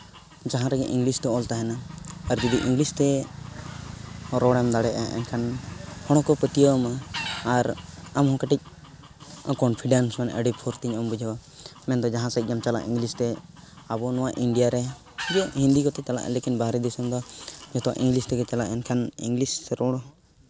ᱡᱟᱦᱟᱸ ᱨᱮᱜᱮ ᱤᱝᱞᱤᱥ ᱫᱚ ᱚᱞ ᱛᱟᱦᱮᱱᱟ ᱟᱨ ᱡᱩᱫᱤ ᱤᱝᱞᱤᱥ ᱛᱮ ᱨᱚᱲᱮᱢ ᱫᱟᱲᱮᱟᱜᱼᱟ ᱮᱱᱠᱷᱟᱱ ᱦᱚᱲ ᱦᱚᱸᱠᱚ ᱯᱟᱹᱛᱭᱟᱹᱣᱟᱢᱟ ᱟᱨ ᱟᱢ ᱦᱚᱸ ᱠᱟᱹᱴᱤᱡ ᱠᱚᱱᱯᱷᱤᱰᱮᱱᱥ ᱢᱟᱱᱮ ᱟᱹᱰᱤ ᱯᱷᱩᱨᱛᱤ ᱧᱚᱜᱼᱮᱢ ᱵᱩᱡᱷᱟᱹᱣᱟ ᱩᱱ ᱫᱚ ᱡᱟᱦᱟᱸ ᱥᱮᱡ ᱜᱮᱢ ᱪᱟᱞᱟᱜ ᱤᱝᱞᱤᱥ ᱛᱮ ᱟᱵᱚ ᱱᱚᱣᱟ ᱤᱱᱰᱤᱭᱟ ᱨᱮ ᱤᱱᱟᱹ ᱦᱤᱱᱫᱤ ᱠᱚᱛᱮ ᱪᱟᱞᱟᱜᱼᱟ ᱢᱮᱱᱠᱷᱟᱱ ᱵᱟᱦᱨᱮ ᱫᱤᱥᱚᱢ ᱫᱚ ᱜᱚᱴᱟ ᱤᱝᱞᱤᱥ ᱛᱮᱜᱮ ᱪᱟᱞᱟᱜᱼᱟ ᱮᱱᱠᱷᱟᱱ ᱤᱝᱞᱤᱥ ᱨᱚᱲ